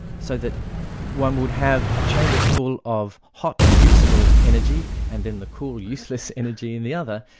so that one would have a chamber full of hot useful energy, and then the cool useless energy in the other,